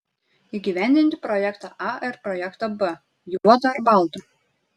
įgyvendinti projektą a ar projektą b juoda ar balta